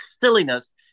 silliness